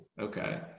Okay